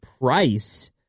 price